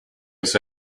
was